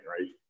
right